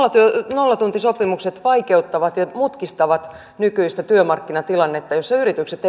nollatuntisopimukset vaikeuttavat ja mutkistavat nykyistä työmarkkinatilannetta jossa yritykset